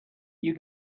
you